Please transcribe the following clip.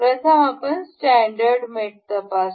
प्रथम आपण स्टॅंडर्ड मेट तपासू